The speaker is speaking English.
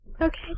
Okay